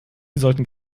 sollten